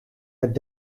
het